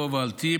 בהובלתי,